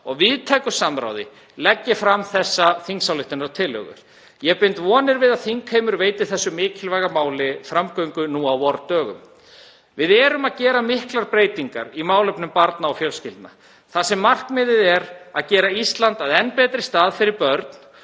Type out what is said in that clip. og víðtæku samráði legg ég fram þessa þingsályktunartillögu. Ég bind vonir við að þingheimur veiti þessu mikilvæga máli framgöngu nú á vordögum. Við erum að gera miklar breytingar í málefnum barna og fjölskyldna þar sem markmiðið er að gera Ísland að enn betri stað fyrir börn